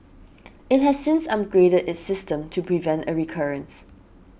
it has since upgraded its system to prevent a recurrence